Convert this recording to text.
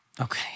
Okay